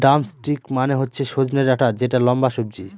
drumstick মানে হচ্ছে সজনে ডাটা যেটা লম্বা সবজি